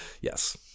yes